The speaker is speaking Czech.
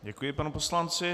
Děkuji panu poslanci.